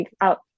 out